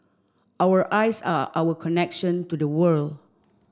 our eyes are our connection to the world